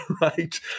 Right